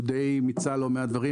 הוא די מיצה לא מעט דברים,